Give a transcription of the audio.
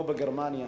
כמו בגרמניה,